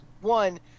One